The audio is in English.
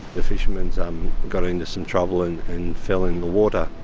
the fisherman's um got into some trouble and fell in the water.